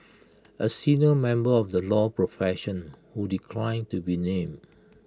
A senior member of the law profession who declined to be named